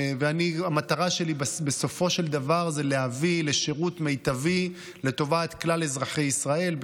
המטרה שלי בסופו של דבר זה להביא לשירות מיטבי לטובת כלל אזרחי ישראל,